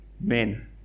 men